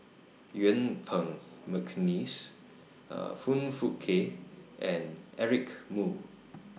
Yuen Peng Mcneice Foong Fook Kay and Eric Moo